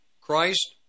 Christ